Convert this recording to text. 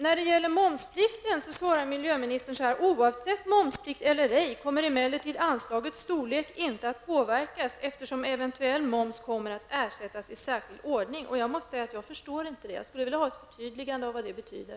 När det gäller momsplikten säger miljöministern i svaret: ''Oavsett momsplikt eller ej kommer emellertid anslagets storlek inte att påverkas eftersom eventuell moms kommer att ersättas i särskild ordning.'' Jag måste säga att jag inte förstår detta. Jag skulle vilja ha ett förtydligande av vad det betyder.